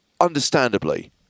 understandably